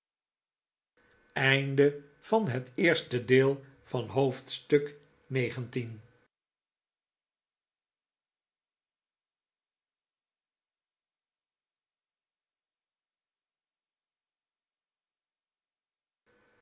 oosten van het westen van het